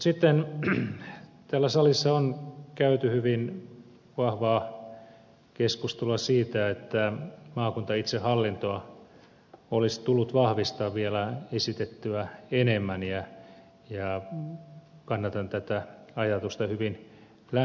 sitten täällä salissa on käyty hyvin vahvaa keskustelua siitä että maakuntaitsehallintoa olisi tullut vahvistaa vielä esitettyä enemmän ja kannatan tätä ajatusta hyvin lämpimästi